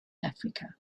africa